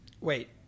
Wait